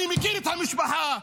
אני מכיר את המשפחה,